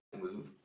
move